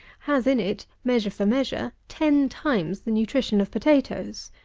has in it, measure for measure, ten times the nutrition of potatoes.